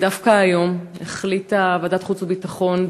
דווקא היום החליטה ועדת חוץ וביטחון,